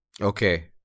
Okay